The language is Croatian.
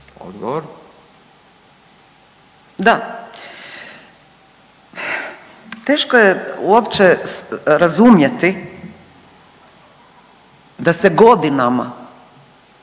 Da, teško je uopće razumjeti da se godinama,